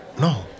no